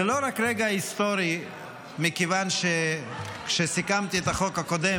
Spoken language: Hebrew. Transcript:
זה לא רגע היסטורי רק מכיוון שכשסיכמתי את החוק הקודם,